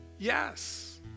Yes